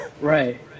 Right